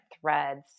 threads